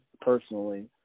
personally